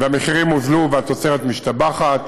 המחירים הורדו והתוצרת משתבחת.